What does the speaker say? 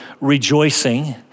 rejoicing